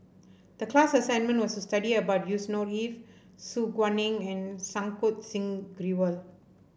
the class assignment was to study about Yusnor Ef Su Guaning and Santokh Singh Grewal